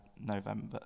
november